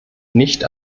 nicht